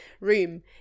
room